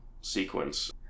sequence